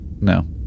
No